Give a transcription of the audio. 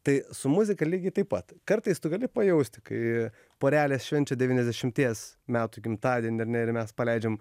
tai su muzika lygiai taip pat kartais tu gali pajaust kai porelės švenčia devyniasdešimties metų gimtadienį ar ne ir mes paleidžiam